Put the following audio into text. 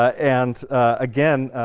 and again,